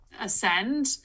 ascend